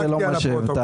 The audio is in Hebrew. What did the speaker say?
זה לא מה שהבטחתי.